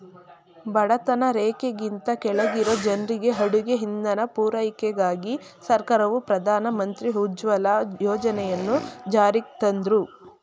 ಬಡತನ ರೇಖೆಗಿಂತ ಕೆಳಗಿರೊ ಜನ್ರಿಗೆ ಅಡುಗೆ ಇಂಧನ ಪೂರೈಕೆಗಾಗಿ ಸರ್ಕಾರವು ಪ್ರಧಾನ ಮಂತ್ರಿ ಉಜ್ವಲ ಯೋಜನೆಯನ್ನು ಜಾರಿಗ್ತಂದ್ರು